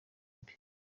mbi